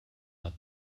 hat